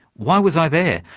why was i there?